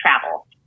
travel